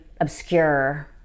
obscure